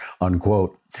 unquote